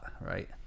right